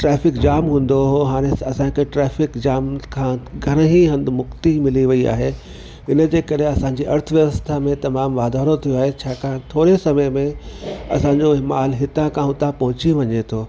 traffic jam हूंदो हुओ हाणे त असांखे ट्रैफिक जाम खां घणे ई हंधि मुक्ती मिली वई आहे इन जे करे असांजी अर्थव्यवस्था में तमामु वाधारो थियो आहे छाकाणि थोरे समय में असांजो माल हितां खां उतां पहुची वञे थो